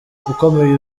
ukomeye